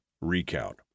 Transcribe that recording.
recount